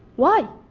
why?